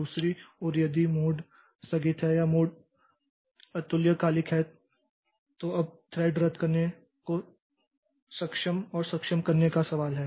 दूसरी ओर यदि मोड स्थगित है या मोड अतुल्यकालिक है तो अब थ्रेडरद्द करने को सक्षम और सक्षम करने का सवाल है